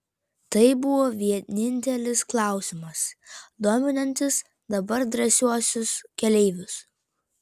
tai buvo vienintelis klausimas dominantis dabar drąsiuosius keleivius